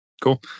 Cool